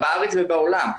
בארץ ובעולם,